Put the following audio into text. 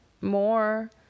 More